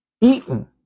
Eaten